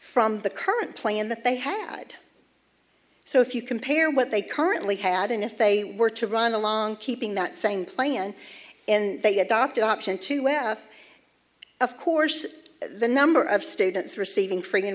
from the current plan that they had so if you compare what they currently had and if they were to run along keeping that same plan and they adopted option two well of course the number of students receiving train